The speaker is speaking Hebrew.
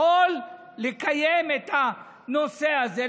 יכול לקיים את הנושא הזה,